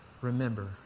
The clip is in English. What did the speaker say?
Remember